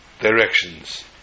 directions